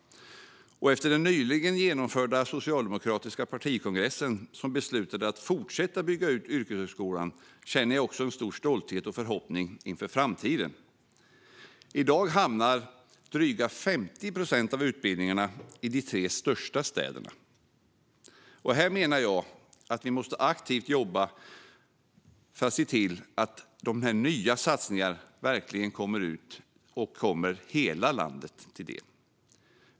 Efter den nyligen genomförda socialdemokratiska partikongressen, som beslutade att fortsätta bygga ut yrkeshögskolan, känner jag också en stor stolthet och förhoppning inför framtiden. I dag hamnar drygt 50 procent av utbildningarna i de tre största städerna. Här menar jag att vi måste jobba aktivt för att se till att dessa nya satsningar verkligen kommer hela landet till del.